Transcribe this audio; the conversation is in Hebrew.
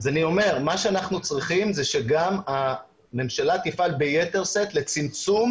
אז אני אומר: מה שאנחנו צריכים זה שגם הממשלה תפעל ביתר שאת לצמצום